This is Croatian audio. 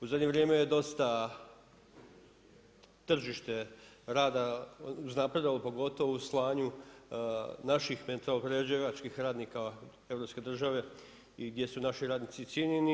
U zadnje vrijeme je dosta tržište rada uznapredovalo pogotovo u slanju naših metaloprerađivačkih radnika u europske države, gdje su naši radnici cijenjeni.